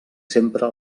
sempre